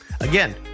Again